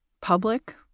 public